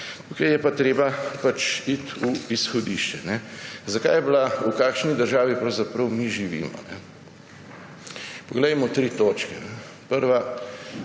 Tukaj je pa treba iti v izhodišče. Zakaj je bila, v kakšni državi pravzaprav mi živimo? Poglejmo tri točke. Prva: